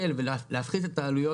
מיכאל, רוב המשיכות הן מבנקים בלי העמלה.